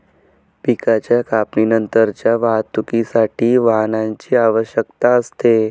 पिकाच्या कापणीनंतरच्या वाहतुकीसाठी वाहनाची आवश्यकता असते